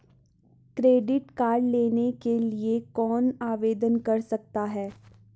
Credit card लेने के लिए कौन आवेदन कर सकता है?